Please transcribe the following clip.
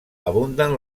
abunden